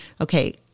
Okay